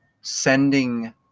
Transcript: sending